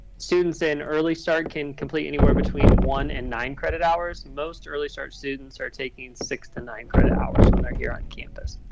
students in early start can complete anywhere between one and nine credit hours. most early start students are taking six to nine credit hours when they're here on campus.